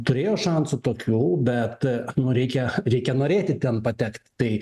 turėjo šansų tokių bet nu reikia reikia norėti ten patekt tai